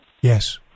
Yes